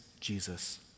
Jesus